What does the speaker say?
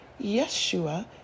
Yeshua